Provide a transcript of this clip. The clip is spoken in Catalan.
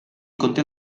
conté